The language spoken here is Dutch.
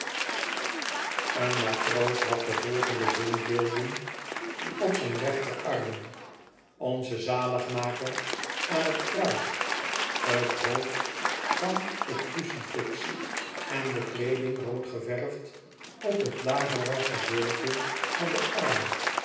een matroos had de volgende zinnebeelden op zijn rechterarm onze zaligmaker aan t kruis t hoofd van t crucifix en de kleeding rood geverfd op t lagere gedeelte van den arm